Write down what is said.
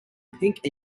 pink